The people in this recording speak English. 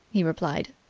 he replied.